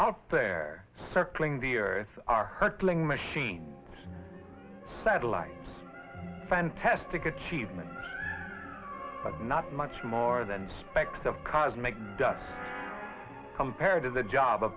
out there circling the earth are hurtling machines satellites fantastic achievement of not much more than specks of cosmic dust compared to the job o